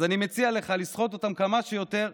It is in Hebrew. אז אני מציע לך לסחוט אותם כמה שיותר.